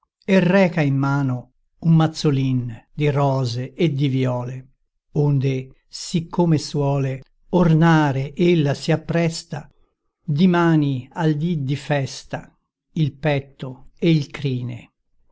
e reca in mano un mazzolin di rose e di viole onde siccome suole ornare ella si appresta dimani al dì di festa il petto e il crine